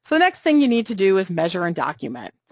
so next thing you need to do is measure and document,